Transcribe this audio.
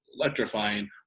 electrifying